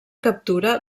captura